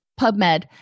PubMed